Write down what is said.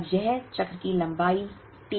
अब यह चक्र की लंबाई T है